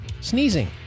sneezing